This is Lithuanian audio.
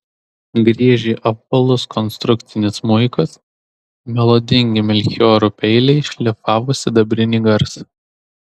griežė apvalus konstrukcinis smuikas melodingi melchioro peiliai šlifavo sidabrinį garsą